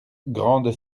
grandes